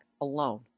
alone